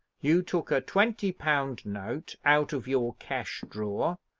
you took a twenty-pound note out of your cash drawer,